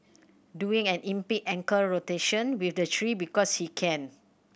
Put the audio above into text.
doing an ankle rotation with the tree because he can